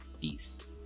peace